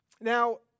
Now